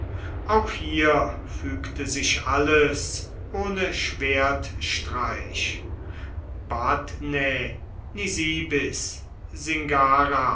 auch hier fügte sich alles ohne schwertstreich batnae nisibis